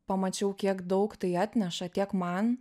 pamačiau kiek daug tai atneša tiek man